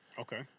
Okay